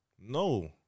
No